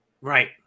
Right